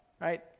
right